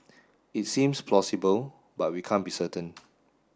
it seems plausible but we can't be certain